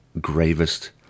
gravest